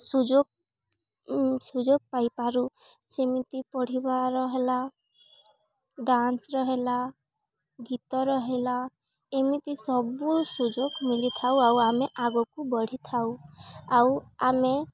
ସୁଯୋଗ ସୁଯୋଗ ପାଇ ପାରୁ ଯେମିତି ପଢ଼ିବାର ହେଲା ଡାନ୍ସର ହେଲା ଗୀତର ହେଲା ଏମିତି ସବୁ ସୁଯୋଗ ମିଳିଥାଉ ଆଉ ଆମେ ଆଗକୁ ବଢ଼ିଥାଉ ଆଉ ଆମେ